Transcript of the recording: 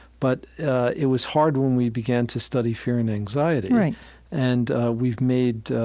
but it was hard when we began to study fear and anxiety right and we've made,